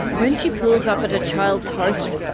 when she pulls up at a child's house,